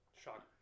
shocker